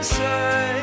say